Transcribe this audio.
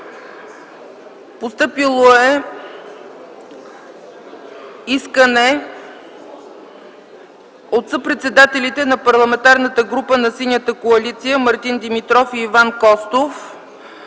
Постъпило е искане от съпредседателите на Парламентарната група на Синята коалиция Мартин Димитров и Иван Костов